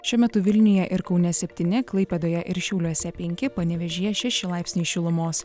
šiuo metu vilniuje ir kaune septyni klaipėdoje ir šiauliuose penki panevėžyje šeši laipsniai šilumos